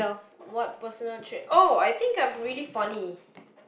what personal trait oh I think I'm really funny